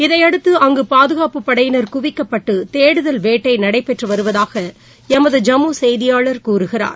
இதையடுத்து அங்கு பாதுகாப்பு படையினர் குவிக்கப்பட்டு தேடுதல் வேட்டை நடைபெற்றுவருவதாக எமது ஜம்மு செய்தியாளர் கூறுகிறார்